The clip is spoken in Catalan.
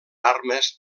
armes